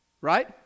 Right